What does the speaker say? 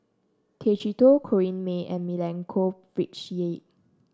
Tay Chee Toh Corrinne May and Milenko Prvacki